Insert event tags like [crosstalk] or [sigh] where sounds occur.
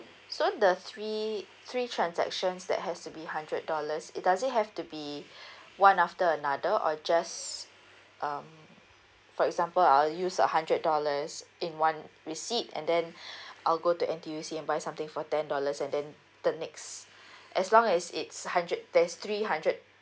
so the three three transactions that has to be hundred dollars it does it have to be one after another or just um for example I'll use a hundred dollars in one receipt and then [breath] I'll go to N_T_U_C and buy something for ten dollars and then the next as long as it's hundred there's three hundred